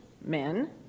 men